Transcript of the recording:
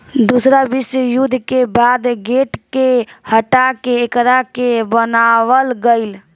दूसरा विश्व युद्ध के बाद गेट के हटा के एकरा के बनावल गईल